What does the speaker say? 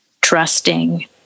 trusting